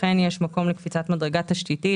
אכן יש מקום לקפיצת מדרגה תשתיתית.